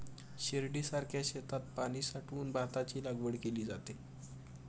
शिर्डीसारख्या शेतात पाणी साठवून भाताची लागवड केली जाते